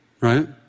Right